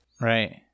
Right